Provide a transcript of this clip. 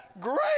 great